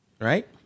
Right